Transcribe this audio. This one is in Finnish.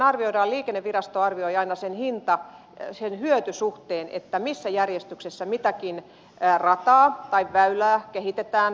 meillähän liikennevirasto arvioi aina sen hyötysuhteen missä järjestyksessä mitäkin rataa tai väylää kehitetään